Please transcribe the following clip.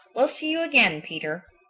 we'll see you again, peter.